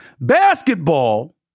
Basketball